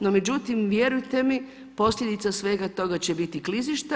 No, međutim, vjerujte mi, posljedice svega toga će biti klizišta.